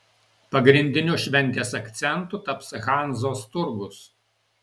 pagrindiniu šventės akcentu taps hanzos turgus